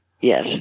yes